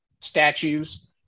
statues